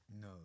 No